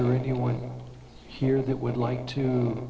or anyone here that would like to